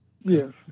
Yes